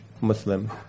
Muslim